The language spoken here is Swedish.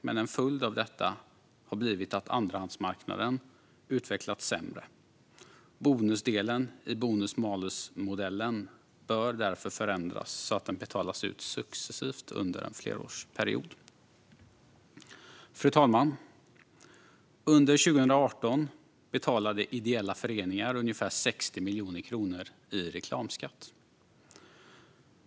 Men en följd av detta har blivit att andrahandsmarknaden i Sverige utvecklats sämre. Bonusdelen i bonus-malus-systemet bör därför förändras så att bonusen betalas ut successivt under en flerårsperiod. Fru talman! Under 2018 betalade ideella föreningar ungefär 60 miljoner kronor i reklamskatt.